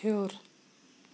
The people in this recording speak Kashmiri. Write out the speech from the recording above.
ہیٚوٗر